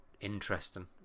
interesting